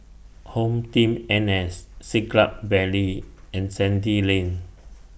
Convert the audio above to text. HomeTeam N S Siglap Valley and Sandy Lane